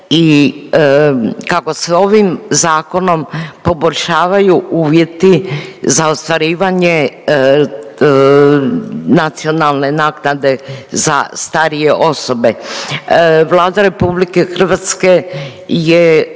i kako s ovim zakonom poboljšavaju uvjeti za ostvarivanje nacionalne naknade za starije osobe. Vlada RH je